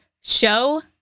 show